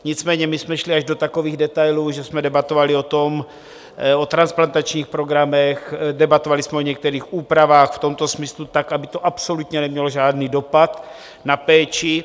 Nicméně my jsme šli až do takových detailů, že jsme debatovali o transplantačních programech, debatovali jsme o některých úpravách v tomto smyslu, tak aby to absolutně nemělo žádný dopad na péči.